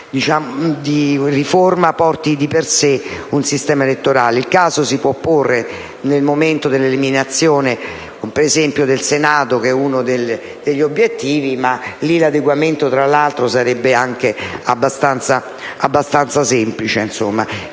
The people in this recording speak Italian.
Il caso si può porre ad esempio nel momento dell'eliminazione del Senato, che è uno degli obiettivi; ma lì l'adeguamento sarebbe anche abbastanza semplice.